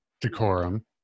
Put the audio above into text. decorum